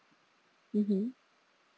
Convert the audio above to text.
mmhmm